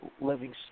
living